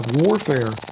warfare